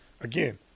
again